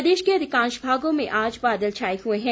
प्रदेश के अधिकांश भागों में आज बादल छाये हुए हैं